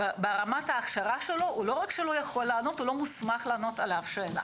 ברמת הכשרתו לא רק שלא יכול לענות לא מוסמך לענות על אף שאלה.